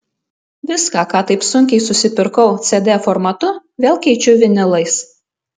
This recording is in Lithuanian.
viską ką taip sunkiai susipirkau cd formatu vėl keičiu vinilais